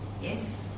yes